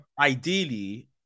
ideally